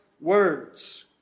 words